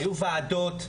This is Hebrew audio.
היו ועדות,